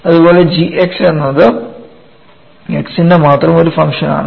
അതുപോലെ g എന്നത് x ന്റെ മാത്രം ഒരു ഫംഗ്ഷൻ ആണ്